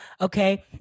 Okay